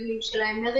אוטומטית.